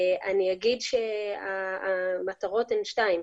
אני אומר שהמטרות הן שתיים,